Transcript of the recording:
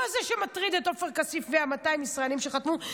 לא זה מטריד את עופר כסיף ו-200 הישראלים שחתמו.